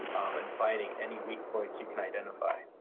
and finding any weak points you can identify.